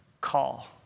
call